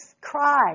cry